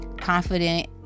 confident